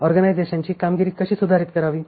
ऑर्गनायझेशनची कामगिरी कशी सुधारित करावी